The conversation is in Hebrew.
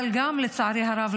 אבל גם לצערי הרב,